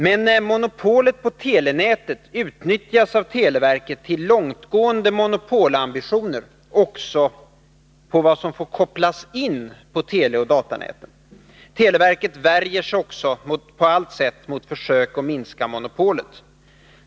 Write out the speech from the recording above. Men monopolet på telenätet utnyttjas av televerket till långtgående monopolambitioner också på vad som får kopplas in på teleoch datanäten. Televerket värjer sig också på allt sätt mot försök att minska monopolet.